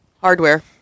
hardware